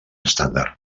estàndard